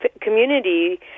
community